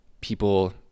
people